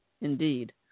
Indeed